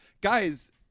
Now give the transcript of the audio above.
Guys